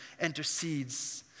intercedes